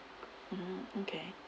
okay